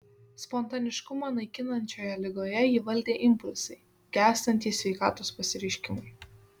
spontaniškumą naikinančioje ligoje jį valdė impulsai gęstantys sveikatos pasireiškimai